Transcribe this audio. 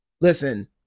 listen